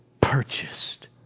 purchased